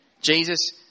Jesus